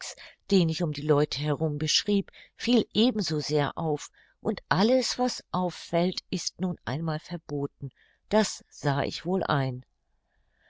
den ich um die leute herum beschrieb fiel ebenso sehr auf und alles was auffällt ist nun einmal verboten das sah ich wohl ein